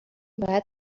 باید